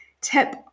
tip